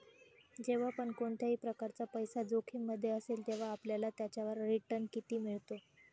जेव्हा पण कोणत्याही प्रकारचा पैसा जोखिम मध्ये असेल, तेव्हा आपल्याला त्याच्यावर रिटन किती मिळतो?